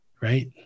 right